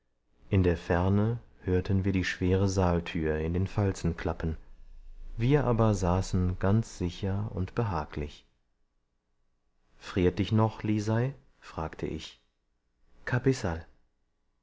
in der ferne hörten wir die schwere saaltür in den falzen klappen wir aber saßen ganz sicher und behaglich friert dich noch lisei fragte ich